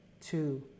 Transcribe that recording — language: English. two